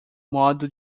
modo